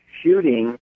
shooting